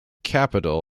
capital